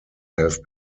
have